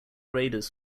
raiders